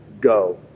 go